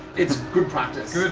it's good practice. good